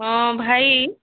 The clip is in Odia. ହଁ ଭାଇ